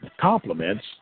Compliments